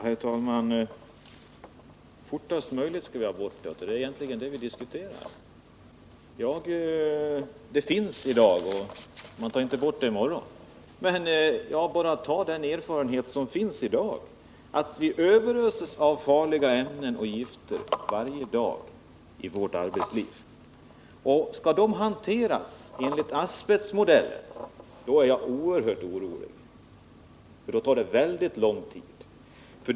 Herr talman! Fortast möjligt skulle asbesten bort — det är egentligen detta vi diskuterar. Asbesten finns i dag, och man tar inte bort den i morgon. Men jag utgår bara från den erfarenhet vi har, att vi överöses av farliga ämnen och gifter varje dag i vårt arbetsliv. Och skall dessa hanteras enligt asbestmodell är jag oerhört orolig, för då tar det väldigt lång tid.